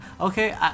Okay